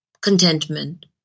Contentment